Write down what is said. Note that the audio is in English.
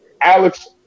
Alex